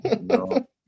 No